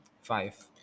Five